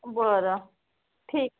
बरं ठीक